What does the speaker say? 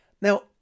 Now